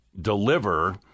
deliver